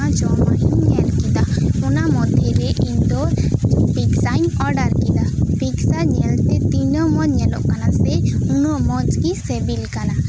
ᱡᱚᱢᱟᱜ ᱤᱧ ᱧᱮᱞ ᱠᱮᱫᱟ ᱚᱱᱟ ᱢᱚᱫᱽᱫᱷᱮ ᱨᱮ ᱤᱧ ᱫᱚ ᱯᱤᱛᱡᱟᱧ ᱚᱰᱟᱨ ᱠᱮᱫᱟ ᱯᱤᱛᱡᱟ ᱧᱮᱞ ᱛᱮ ᱛᱤᱱᱟᱹᱜ ᱢᱚᱸᱡᱽ ᱧᱮᱞᱚᱜ ᱠᱟᱱᱟ ᱥᱮ ᱩᱱᱟᱹᱜ ᱢᱚᱸᱡᱽᱜᱮ ᱥᱤᱵᱤᱞ ᱠᱟᱱᱟ